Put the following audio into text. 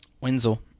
Wenzel